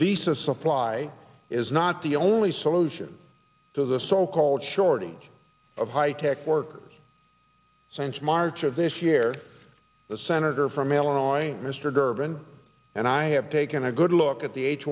visa supply is not the only solution to the so called shortage of high tech workers since march of this year the senator from illinois and mr durban and i have taken a good look at the h